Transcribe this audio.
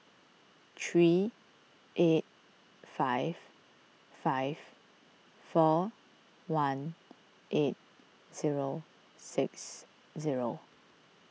three eight five five four one eight zero six zero